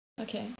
Okay